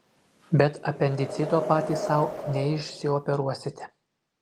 bet apendicito patys sau neišsioperuosite